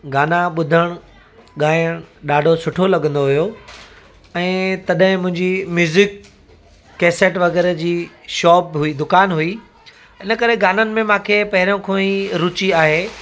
गाना ॿुधण ॻाइण ॾाढो सुठो लॻंदो हुओ ऐं तॾहिं मुंहिंजी म्यूज़िक केसेट वग़ैरह जी शॉप हुई दुकान हुई इनकरे गाननि में मांखे पहिरियों खां ई रुचि आहे